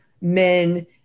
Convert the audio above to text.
men